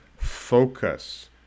Focus